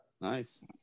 Nice